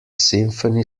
symphony